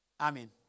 Amen